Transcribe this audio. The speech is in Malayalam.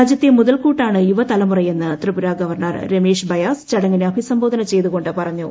രാജ്യത്തെ മുതൽക്കൂട്ടാണ് യുവതലമുറയെന്ന് ത്രിപുര ഗവർണർ ്രമേഷ് ബയാസ് ചടങ്ങിനെ അഭിസംബോധന ചെയ്തുകൊണ്ട് പറഞ്ഞു